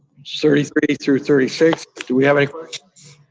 thirty three through thirty six. do we have any questions?